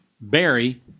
Barry